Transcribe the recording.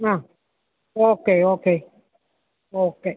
ആ okay okay okay